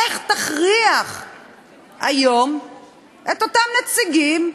איך תכריח היום את אותם נציגים,